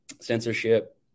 censorship